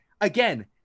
again